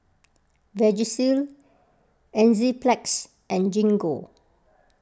Vagisil Enzyplex and Gingko